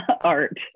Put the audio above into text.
Art